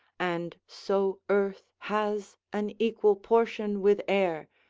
and so earth has an equal portion with air,